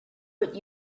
what